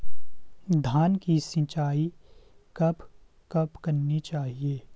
धान की सिंचाईं कब कब करनी चाहिये?